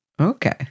Okay